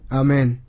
amen